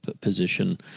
position